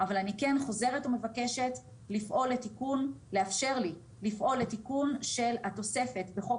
אבל אני כן חוזרת ומבקשת לאפשר לי לפעול לתיקון של התוספת בחוק